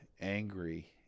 angry